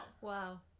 Wow